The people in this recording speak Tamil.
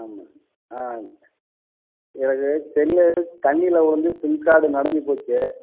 ஆமாம் ஆ எனக்கு செல்லு தண்ணியில் உழுந்து சிம் கார்டு நனைஞ்சி போச்சு